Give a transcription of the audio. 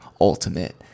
Ultimate